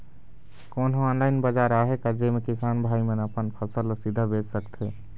कोन्हो ऑनलाइन बाजार आहे का जेमे किसान भाई मन अपन फसल ला सीधा बेच सकथें?